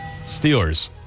Steelers